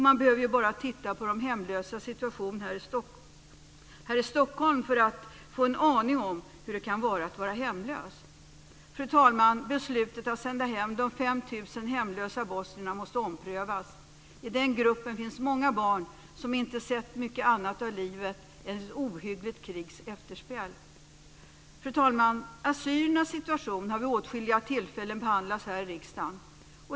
Man behöver ju bara titta på de hemlösas situation här i Stockholm för att få en aning om hur det kan vara att vara hemlös. Fru talman! Beslutet att sända hem de 5 000 hemlösa bosnierna måste omprövas. I den gruppen finns många barn som inte sett mycket annat av livet än ett ohyggligt krigs efterspel. Fru talman! Assyriernas situation har vid åtskilliga tillfällen behandlats här i riksdagen.